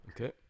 Okay